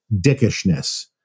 dickishness